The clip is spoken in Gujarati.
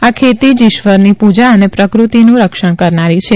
આ ખેતી જ ઇશ્વરની પૂજા અને પ્રકૃતિનું રક્ષણ કરનારી છે